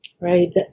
right